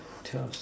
just